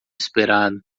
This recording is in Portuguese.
esperado